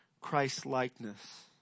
Christ-likeness